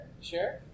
Sure